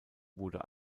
wurde